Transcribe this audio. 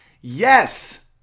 Yes